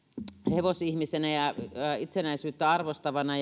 hevosihmisenä ja itsenäisyyttä arvostavana